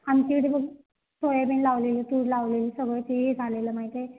आमच्या इकडे पण सोयाबीन लावलेली तूर लावलेली सगळं ते हे झालेलं माहीत आहे